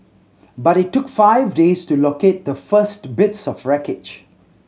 but it took five days to locate the first bits of wreckage